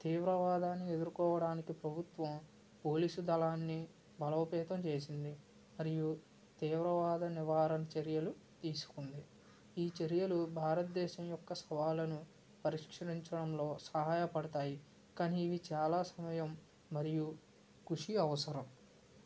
తీవ్రవాదాన్ని ఎదుర్కోవడానికి ప్రభుత్వం పోలీసు దళాన్ని బలోపేతం చేసింది మరియు తీవ్రవాద నివారణ చర్యలు తీసుకుంది ఈ చర్యలు భారతదేశం యొక్క సవాళ్ళను పరిష్కరించడంలో సహాయపడతాయి కానీ ఇవి చాలా సమయం మరియు కృషి అవసరం